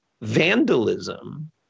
vandalism